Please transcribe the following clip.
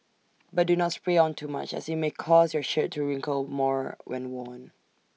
but do not spray on too much as IT may cause your shirt to wrinkle more when worn